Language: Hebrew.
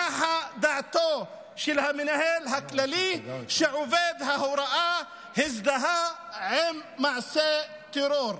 שנחה דעתו של המנהל הכללי שעובד ההוראה הזדהה עם מעשה טרור.